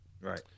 Right